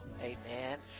Amen